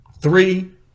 three